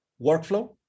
workflow